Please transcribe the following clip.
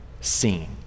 seen